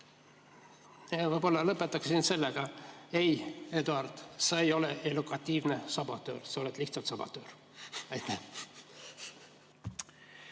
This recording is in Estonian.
Võib-olla lõpetan sellega: ei, Eduard, sa ei ole illokutiivne sabotöör, sa oled lihtsalt sabotöör. Aitäh!